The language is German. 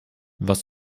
was